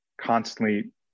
constantly